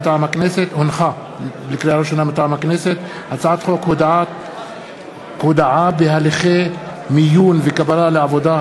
מטעם הכנסת: הצעת חוק הודעה בהליכי מיון וקבלה לעבודה,